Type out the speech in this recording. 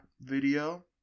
video